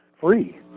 free